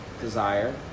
desire